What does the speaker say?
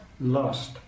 lost